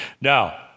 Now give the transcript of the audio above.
Now